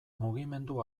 mugimendu